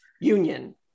union